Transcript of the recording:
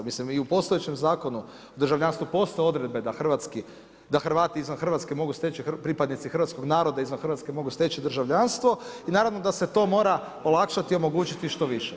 Mislim i u postojećem zakonu, državljanstvo postoje odredbe, da Hrvati izvan Hrvatske, mogu steći pripadnici hrvatskog naroda, izvan Hrvatske, mogu steći državljanstvo, i naravno da se to mora olakšati i omogućiti što više.